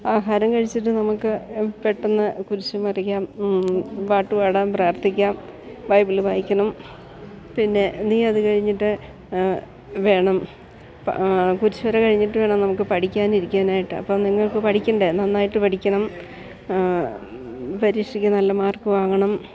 ആഹാരം കഴിച്ചിട്ട് നമുക്ക് പെട്ടെന്ന് കുരിശ് വരക്കാം പാട്ടു പാടാം പ്രാർത്ഥിക്കാം ബൈബിൾ വായിക്കണം പിന്നെ നീയതു കഴിഞ്ഞിട്ട് വേണം കുരിശ് വര കഴിഞ്ഞിട്ടു വേണം നമുക്ക് പഠിക്കാനിരിക്കാനായിട്ട് അപ്പം നിങ്ങൾക്ക് പഠിക്കേണ്ടേ നന്നായിട്ട് പഠിക്കണം പരീക്ഷക്ക് നല്ല മാർക്ക് വാങ്ങണം